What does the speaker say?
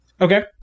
Okay